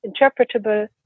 interpretable